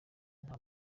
nta